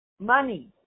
Money